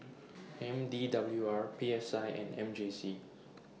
M D W R P S I and M J C